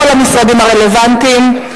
כל המשרדים הרלוונטיים,